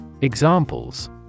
Examples